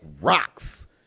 rocks